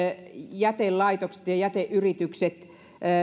jätelaitokset ja jäteyritykset